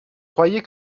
croyais